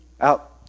out